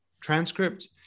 transcript